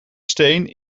steen